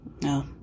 No